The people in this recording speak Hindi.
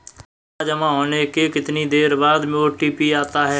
पैसा जमा होने के कितनी देर बाद ओ.टी.पी आता है?